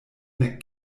nek